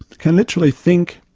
can literally think,